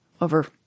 over